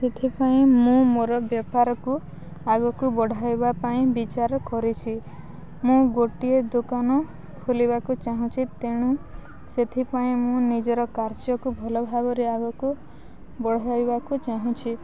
ସେଥିପାଇଁ ମୁଁ ମୋର ବେପାରକୁ ଆଗକୁ ବଢ଼ାଇବା ପାଇଁ ବିଚାର କରିଛି ମୁଁ ଗୋଟିଏ ଦୋକାନ ଖୋଲିବାକୁ ଚାହୁଁଛି ତେଣୁ ସେଥିପାଇଁ ମୁଁ ନିଜର କାର୍ଯ୍ୟକୁ ଭଲ ଭାବରେ ଆଗକୁ ବଢ଼ାଇବାକୁ ଚାହୁଁଛି